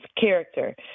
character